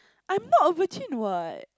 I'm not a virgin what